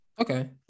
Okay